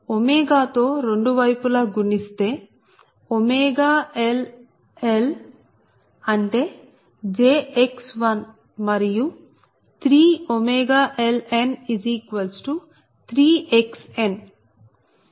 ⍵ తో రెండు వైపులా గుణిస్తే L1 అంటే jX1మరియు 3ωLn3 Xn